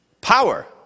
power